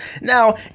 Now